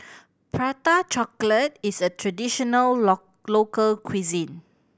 Prata Chocolate is a traditional local cuisine